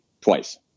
twice